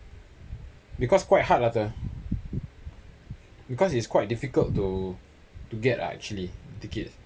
because quite hard l[ah] the because it's quite difficult to to get uh actually tickets